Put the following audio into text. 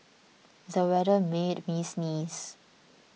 the weather made me sneeze